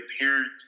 parents